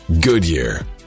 Goodyear